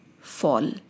fall